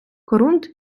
корунд